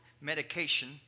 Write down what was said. medication